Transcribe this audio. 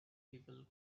people